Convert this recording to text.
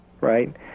right